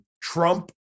Trump